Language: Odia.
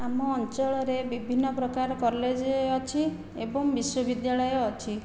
ଆମ ଅଞ୍ଚଳରେ ବିଭିନ୍ନ ପ୍ରକାର କଲେଜ ଅଛି ଏବଂ ବିଶ୍ୱବିଦ୍ୟାଳୟ ଅଛି